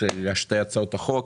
של שתי הצעות החוק,